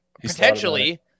potentially